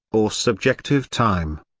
or subjective time.